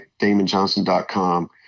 DamonJohnson.com